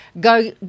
go